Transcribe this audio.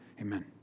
Amen